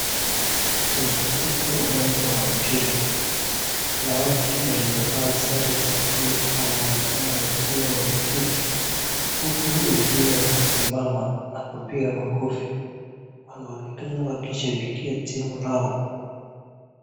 Ni katika uwanja wa mpira, wanawake waliovaa sare za bluu wanaonekana wakiwa wameketi huku wengine wakisimama wakipiga makofi, wanaonekana wakishabikia timu lao.